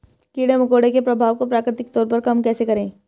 कीड़े मकोड़ों के प्रभाव को प्राकृतिक तौर पर कम कैसे करें?